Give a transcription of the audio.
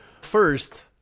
First